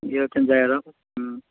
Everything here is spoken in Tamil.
இருபத்தஞ்சாயிரம் ம்